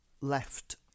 left